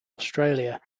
australia